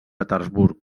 petersburg